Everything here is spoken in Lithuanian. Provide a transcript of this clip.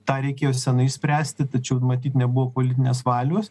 tą reikėjo senai išspręsti tačiau matyt nebuvo politinės valios